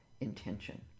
intention